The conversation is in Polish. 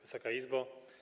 Wysoka Izbo!